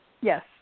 Yes